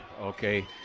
okay